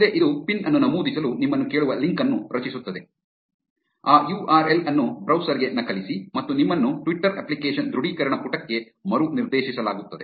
ಮುಂದೆ ಇದು ಪಿನ್ ಅನ್ನು ನಮೂದಿಸಲು ನಿಮ್ಮನ್ನು ಕೇಳುವ ಲಿಂಕ್ ಅನ್ನು ರಚಿಸುತ್ತದೆ ಆ ಯು ಆರ್ ಎಲ್ ಅನ್ನು ಬ್ರೌಸರ್ ಗೆ ನಕಲಿಸಿ ಮತ್ತು ನಿಮ್ಮನ್ನು ಟ್ವಿಟರ್ ಅಪ್ಲಿಕೇಶನ್ ದೃಢೀಕರಣ ಪುಟಕ್ಕೆ ಮರುನಿರ್ದೇಶಿಸಲಾಗುತ್ತದೆ